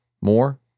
More